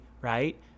right